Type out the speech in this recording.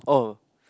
oh